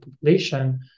population